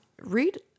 read